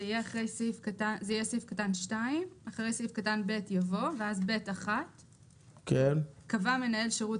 זה יהיה סעיף קטן 2 אחרי סעיף קטן ב' יבוא ואז ב' 1. קבע המנהל שירות